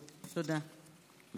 בבקשה.